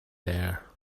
there